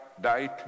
died